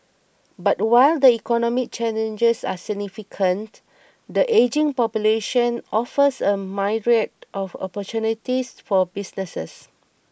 but while the economic challenges are significant the ageing population offers a myriad of opportunities for businesses